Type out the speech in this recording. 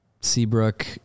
Seabrook